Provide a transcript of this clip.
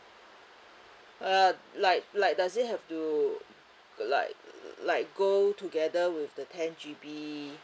uh like like does it have to like like go together with the ten G_B